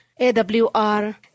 AWR